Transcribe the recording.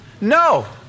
No